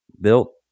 built